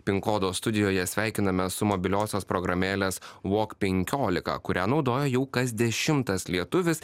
pin kodo studijoje sveikinamės su mobiliosios programėlės walk penkiolika kurią naudoja jau kas dešimtas lietuvis